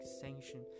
sanction